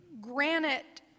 granite